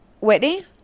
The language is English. Whitney